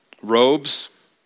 robes